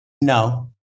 No